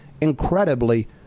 incredibly